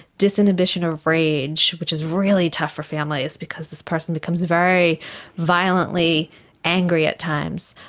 disinhibition of rage, which is really tough for families because this person becomes very violently angry at times.